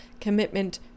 commitment